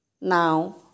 now